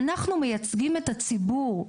אנחנו מייצגים את הציבור.